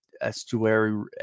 Estuary